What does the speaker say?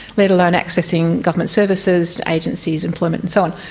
let alone accessing government services, agencies, employment and so on.